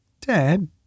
Dad